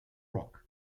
rock